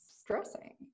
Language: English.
stressing